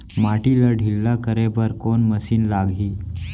माटी ला ढिल्ला करे बर कोन मशीन लागही?